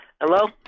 Hello